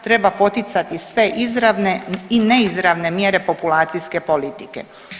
Treba poticati sve izravne i neizravne mjere populacijske politike.